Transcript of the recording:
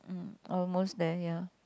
mm almost there ya